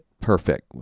perfect